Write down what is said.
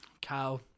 cow